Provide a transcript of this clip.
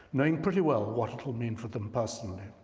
knowing pretty well what it will mean for them personally.